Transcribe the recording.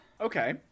okay